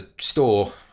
store